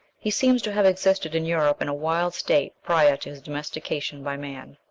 he seems to have existed in europe in a wild state prior to his domestication by man.